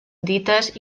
dites